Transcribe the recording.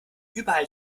überall